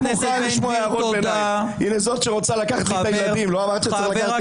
לא אמרת שאת רוצה לקחת לי את הילדים?